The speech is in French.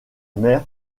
mer